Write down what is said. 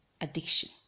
addiction